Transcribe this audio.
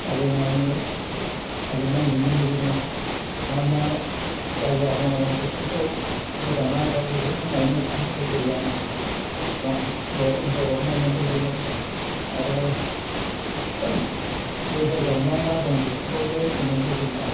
हाजो नायनो हाजो नायहैनो लुबैदों मा मा जायगा दङ बेफोरखौ मोजांना गाज्रि बेफोरखौ नायनो थांनो लुबैयो आङो बा ब' बरफ नायनो लुबैयो आरो बे जायगायाव मा मा दं बेफोरखौबो नायनो लुबैयो आं